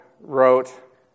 wrote